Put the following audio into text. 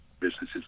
businesses